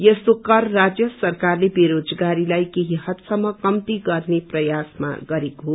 यस्तो कर राज्य सरकारले बेरोजगारीलाई केही हदसम्म कम्ती गर्ने प्रयासमा गरेको हो